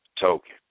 token